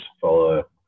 follow